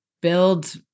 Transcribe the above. build